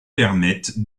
permettent